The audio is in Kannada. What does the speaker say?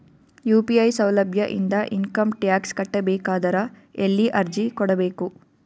ಯು.ಪಿ.ಐ ಸೌಲಭ್ಯ ಇಂದ ಇಂಕಮ್ ಟಾಕ್ಸ್ ಕಟ್ಟಬೇಕಾದರ ಎಲ್ಲಿ ಅರ್ಜಿ ಕೊಡಬೇಕು?